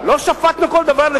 לא שפטנו כל דבר לפי הקואליציה.